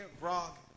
rock